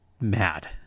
mad